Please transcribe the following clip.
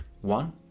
one